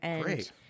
Great